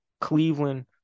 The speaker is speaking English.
Cleveland